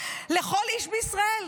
לכל איש בישראל.